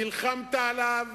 נלחמת עליו,